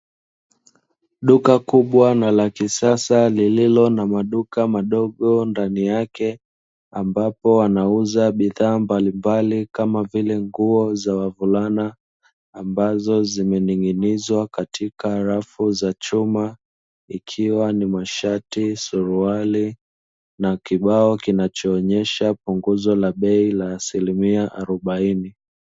Duka kubwa na la kisasa lililo na maduka madogo ndani yake, ambapo wanauza bidhaa mbalimbali kama vile nguo za wavulana, ambazo zimening'inizwa katika rafu za chuma; ikiwa ni mashati, suruali; na kibao kinachoonyesha punguzo la bei la asilimia arobaini.